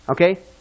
Okay